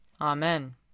Amen